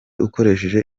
ukoresheje